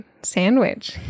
sandwich